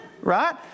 Right